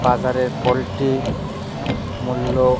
বাজারে পোলট্রির মূল্য